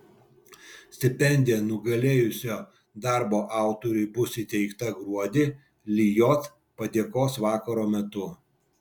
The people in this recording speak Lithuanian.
stipendija nugalėjusio darbo autoriui bus įteikta gruodį lijot padėkos vakaro metu